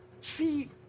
See